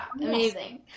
Amazing